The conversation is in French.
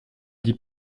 dis